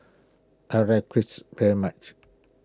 I like Chris very much